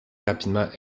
rapidement